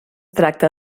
tracta